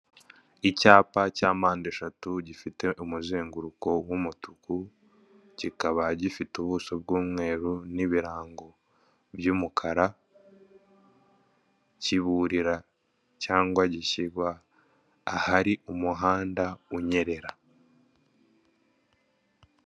Icyapa cya mpande eshatu gifite umuzenguruko w'umutuku, kikaba gifite ubuso bw'umweru n'ibirango by'umukara, kiburira cyangwa gishyirwa ahari umuhanda unyerera.